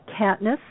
Katniss